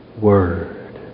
word